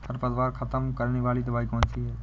खरपतवार खत्म करने वाली दवाई कौन सी है?